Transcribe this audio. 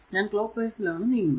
ഞാൻ clockwise ആണ് നീങ്ങുന്നത്